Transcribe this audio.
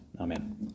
Amen